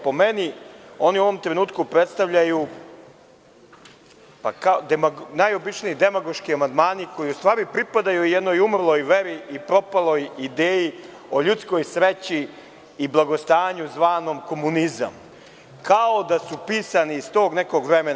Po meni, oni u ovom trenutku predstavljaju najobičnije demagoške amandmane, koji u stvari pripadaju jednoj umrloj veri i propaloj ideji o ljudskoj sreći i blagostanju, zvanom komunizam, kao da su pisani iz tog nekog vremena.